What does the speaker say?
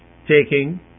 taking